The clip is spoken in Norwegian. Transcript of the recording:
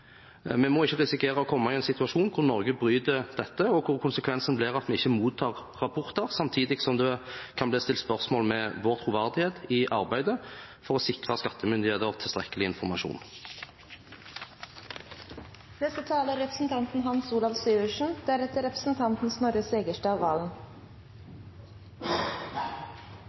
Vi må ikke risikere å komme i en situasjon hvor Norge bryter dette, og hvor konsekvensen blir at vi ikke mottar rapporter, samtidig som det kan bli stilt spørsmål ved vår troverdighet i arbeidet for å sikre skattemyndigheter tilstrekkelig informasjon. Takk til saksordføreren og komiteen som har jobbet fram en såpass enstemmig innstilling; det er